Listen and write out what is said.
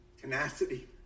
tenacity